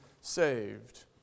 saved